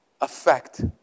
affect